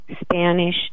Spanish